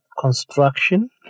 construction